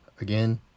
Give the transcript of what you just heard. again